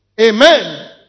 Amen